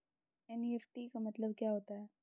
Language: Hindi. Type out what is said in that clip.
एन.ई.एफ.टी का मतलब क्या होता है?